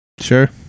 Sure